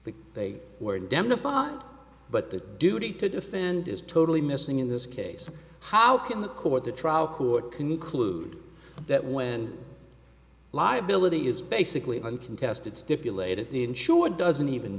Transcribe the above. that they were indemnified but the duty to defend is totally missing in this case how can the court the trial court conclude that when liability is basically uncontested stipulated the insurer doesn't even